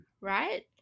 right